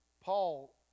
Paul